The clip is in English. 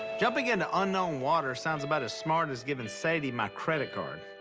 jumping into unknown water sounds about as smart as giving sadie my credit card.